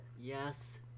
Yes